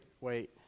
wait